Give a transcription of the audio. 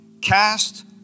Cast